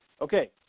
Okay